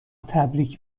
تبریک